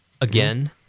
again